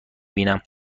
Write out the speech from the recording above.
بینم